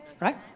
right